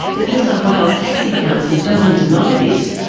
the new south wales taxi council doesn't deny this,